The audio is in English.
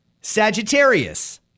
Sagittarius